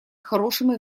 хорошими